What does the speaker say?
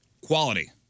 quality